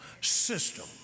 system